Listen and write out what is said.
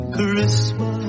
Christmas